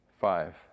five